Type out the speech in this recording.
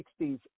1960s